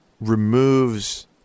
removes